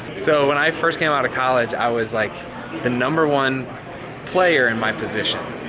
so when i first came out of college, i was like the number one player in my position.